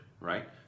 right